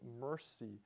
mercy